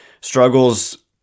struggles